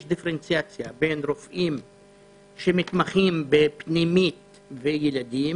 יש דיפרנציאציה בין רופאים שמתמחים בפנימית או ילדים,